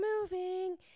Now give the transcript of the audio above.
moving